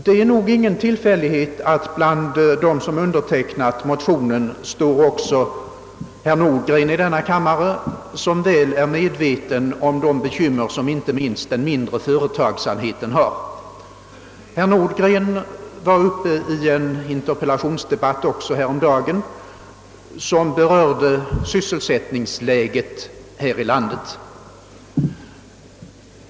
Det är ingen tillfällighet att bland dem som undertecknat motionen i andra kammaren befinner sig herr Nordgren, som väl är medveten om de bekymmer som inte minst de mindre företagen har. Herr Nordgren deltog också häromdagen i en interpellationsdebatt beträffande sysselsättningsläget här i landet.